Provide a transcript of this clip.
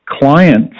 clients